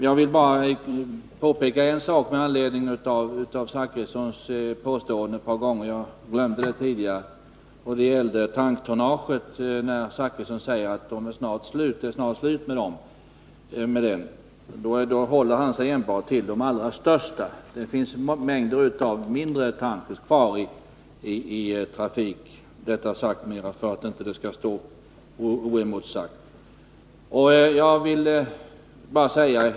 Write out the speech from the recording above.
Jag vill bara peka på något som jag glömde att ta upp tidigare och som gäller herr Zachrissons ett par gånger upprepade påstående om tanktonnaget. Herr Zachrisson säger att det snart är slut med detta, men då håller han sig enbart till de allra största tankrarna — det finns mängder av mindre tankrar kvar i trafik. Jag understryker detta bara för att herr Zachrissons påstående inte skall stå oemotsagt.